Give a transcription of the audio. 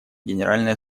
генеральной